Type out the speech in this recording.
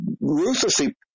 ruthlessly